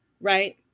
right